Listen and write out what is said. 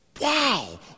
Wow